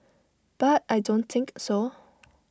but I don't think so